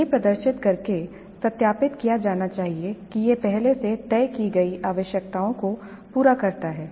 यह प्रदर्शित करके सत्यापित किया जाना चाहिए कि यह पहले से तय की गई आवश्यकताओं को पूरा करता है